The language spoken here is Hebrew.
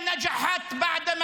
ראחת.